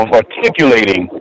articulating